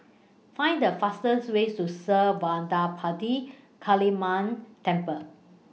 Find The fastest ways to Sri Vadapathira Kaliamman Temple